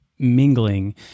mingling